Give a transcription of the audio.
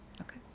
Okay